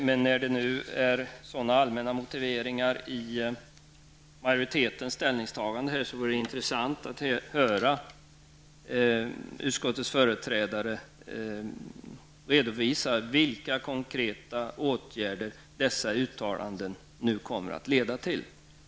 Med tanke på de allmänna motiveringarna i majoritetens ställningstagande vore det intressant att höra utskottets företrädare redovisa vilka konkreta åtgärder dessa uttalanden nu kommer att leda till.